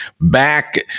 back